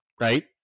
right